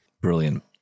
Brilliant